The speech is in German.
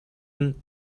ihn